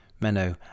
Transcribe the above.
Menno